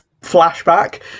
flashback